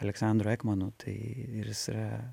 aleksandru ekmanu tai ir jis yra